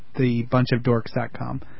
thebunchofdorks.com